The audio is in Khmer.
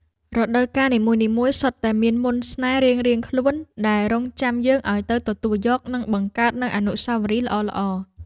រដូវកាលនីមួយៗសុទ្ធតែមានមន្តស្នេហ៍រៀងៗខ្លួនដែលរង់ចាំយើងឱ្យទៅទទួលយក និងបង្កើតនូវអនុស្សាវរីយ៍ល្អៗ។